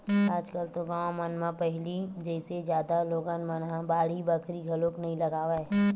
आज कल तो गाँव मन म पहिली जइसे जादा लोगन मन ह बाड़ी बखरी घलोक नइ लगावय